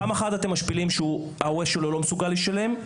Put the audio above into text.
פעם אחת, אתם משפילים שההורה שלו לא מסוגל לשלם.